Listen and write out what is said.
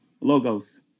Logos